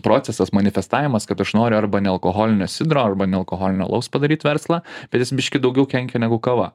procesas manifestavimas kad aš noriu arba nealkoholinio sidro arba nealkoholinio alaus padaryt verslą bet jis biškį daugiau kenkia negu kava